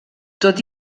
tot